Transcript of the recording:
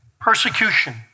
persecution